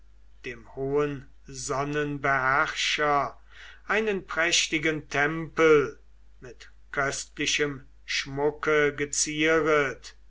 dem hohen sonnenbeherrscher einen prächtigen tempel mit köstlichem schmucke gezieret